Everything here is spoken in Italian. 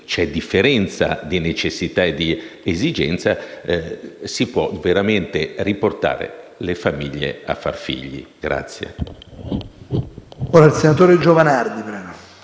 c'è differenza di necessità e di esigenza, si può veramente riportare le famiglie a far figli.